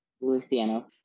Luciano